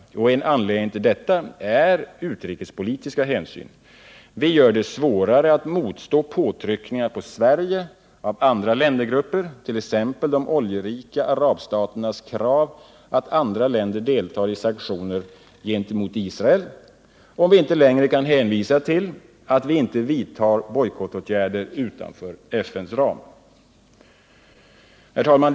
En anledning till detta är utrikespolitiska hänsyn. Vi gör det svårare att motstå påtryckningar på Sverige från andra länder—grupper—t.ex. de oljerika arabstaternas krav att andra länder skall delta i sanktioner gentemot Israel — om vi inte längre kan hänvisa till att vi inte vidtar bojkottåtgärder utanför FN:s ram. Herr talman!